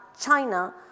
China